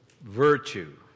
virtue